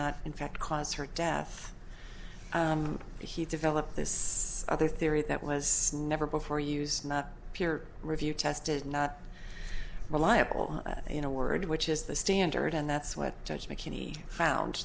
not in fact cause her death he developed this other theory that was never before used not peer reviewed tested not reliable you know word which is the standard and that's what judge mckinney found